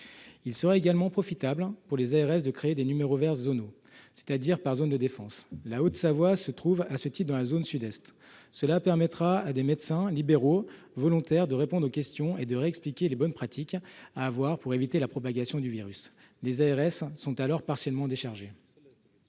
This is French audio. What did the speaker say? Il serait également profitable pour les ARS de créer des numéros verts zonaux, c'est-à-dire par zone de défense, la Haute-Savoie se trouvant à ce titre dans la zone Sud-Est. Cela permettrait à des médecins libéraux volontaires de répondre aux questions et de réexpliquer les bonnes pratiques à observer pour éviter la propagation du virus. Les ARS seraient alors partiellement déchargées.